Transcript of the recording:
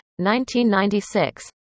1996